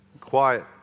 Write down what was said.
quiet